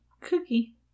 Cookie